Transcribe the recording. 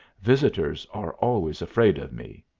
visitors are always afraid of me.